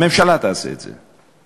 הממשלה תעשה את זה.